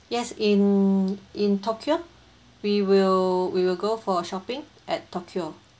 yes in in tokyo we will we will go for shopping at tokyo